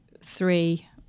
three